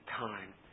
time